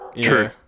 True